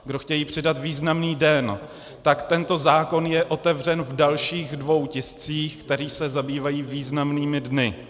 Kdo chtějí přidat významný den, tak tento zákon je otevřen v dalších dvou tiscích, které se zabývají významnými dny.